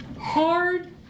hard